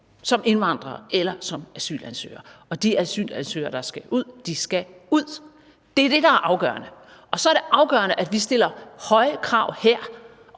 som indvandrere eller som asylansøgere. De asylansøgere, der skal ud, skal ud. Det er det, der er afgørende. Og så er det afgørende, at vi her stiller høje krav til,